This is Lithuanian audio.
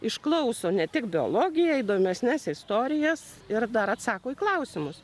išklauso ne tik biologiją įdomesnes istorijas ir dar atsako į klausimus